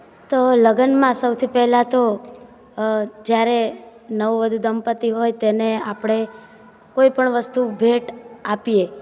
તો લગનમાં સૌથી પહેલાં તો જ્યારે નવવધુ દંપતી હોય તેને આપણે કોઈ પણ વસ્તુ ભેટ આપીએ